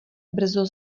brzo